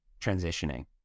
transitioning